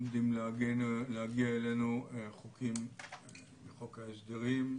עומדים להגיע אלינו חוקים מחוק ההסדרים,